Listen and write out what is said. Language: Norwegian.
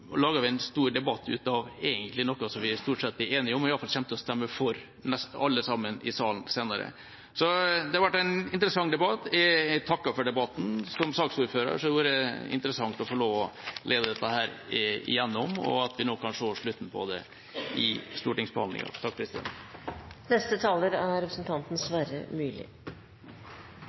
Så lager vi en stor debatt ut av noe som vi stort sett er enige om, og som alle sammen kommer til å stemme for i salen senere. Det ble en interessant debatt, og jeg takker for debatten. Som saksordfører var det interessant å få lov til å lede dette, slik at vi nå kan se slutten på det i stortingsbehandlinga. Jeg vet ikke om det hører med til det å få regjeringsmakt, men når jeg hører Orten, tror jeg kanskje regjeringspartiene er